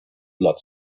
blood